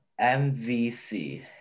MVC